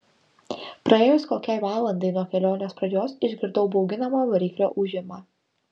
praėjus kokiai valandai nuo kelionės pradžios išgirdau bauginamą variklio ūžimą